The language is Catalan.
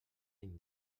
any